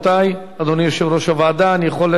אני יכול לעבור לקריאה שלישית?